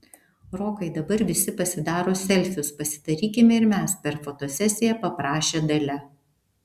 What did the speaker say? rokai dabar visi pasidaro selfius pasidarykime ir mes per fotosesiją paprašė dalia